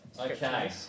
Okay